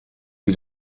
wie